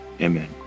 amen